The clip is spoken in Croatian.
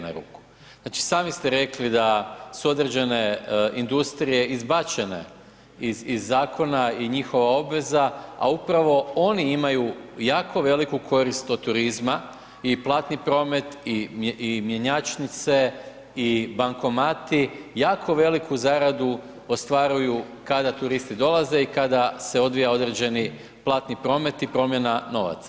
Znači sami ste rekli da su određene industrije izbačene iz zakona i njihova obveza, a upravo oni imaju jako veliku korist od turizma i platni promet i mjenjačnice i bankomati, jako veliku zaradu ostvaruju kada turisti dolaze i kada se odvija određeni platni promet i promjena novaca.